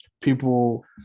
people